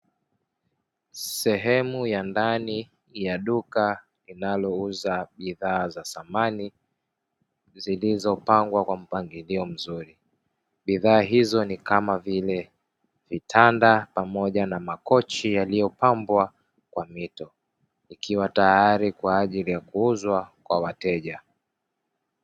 Sehemu ya ndani ya duka linalouza bidhaa za samani zilizopangwa kwa mpangilio mzuri, bidhaa hizo ni kama vile vitanda pamoja na makochi yaliyopambwa kwa mito, ikiwa tayari kwa ajili ya kuuzwa kwa wateja.